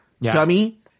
dummy